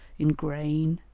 in grain,